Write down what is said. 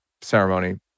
ceremony